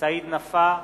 סעיד נפאע,